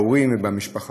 בהורים ובמשפחה.